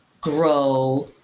Grow